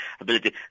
ability